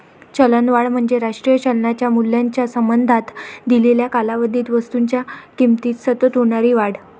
चलनवाढ म्हणजे राष्ट्रीय चलनाच्या मूल्याच्या संबंधात दिलेल्या कालावधीत वस्तूंच्या किमतीत सतत होणारी वाढ